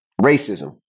racism